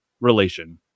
relation